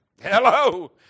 Hello